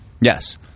Yes